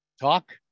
talk